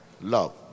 love